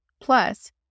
Plus